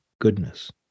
goodness